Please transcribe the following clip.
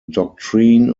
doctrine